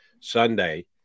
Sunday